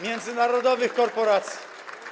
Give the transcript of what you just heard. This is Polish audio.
międzynarodowych korporacji.